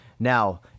Now